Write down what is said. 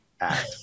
Act